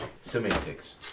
Semantics